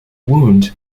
wound